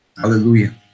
Hallelujah